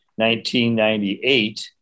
1998